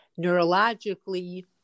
neurologically